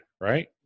right